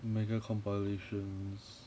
mega compilations